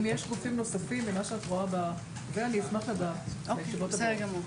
אם יש גופים נוספים, אני אשמח לדעת לישיבות הבאות.